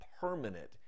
permanent